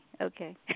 Okay